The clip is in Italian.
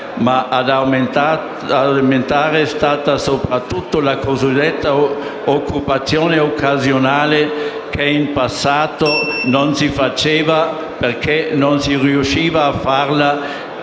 ma ad aumentare è stata soprattutto la cosiddetta occupazione occasionale che in passato non si faceva: non si riusciva a farla